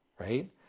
right